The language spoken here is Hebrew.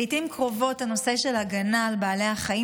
לעיתים קרובות הנושא של הגנה על בעלי החיים